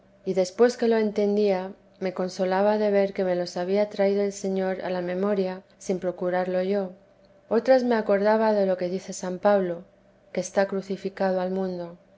y después que lo entendía me consolaba de ver que me los había traído el señor a la memoria sin procurarlo yo otras me acordaba de lo que dice san pablo que está crucificado al mundo